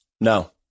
No